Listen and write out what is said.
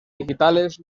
digitales